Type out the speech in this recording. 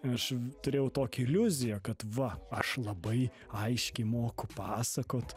aš turėjau tokią iliuziją kad va aš labai aiškiai moku papasakot